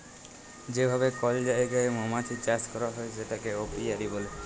যে ভাবে কল জায়গায় মমাছির চাষ ক্যরা হ্যয় সেটাকে অপিয়ারী ব্যলে